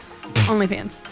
OnlyFans